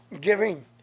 giving